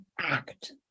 act